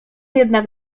jednak